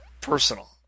personal